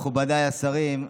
מכובדיי השרים,